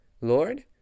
Lord